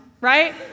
right